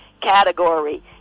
category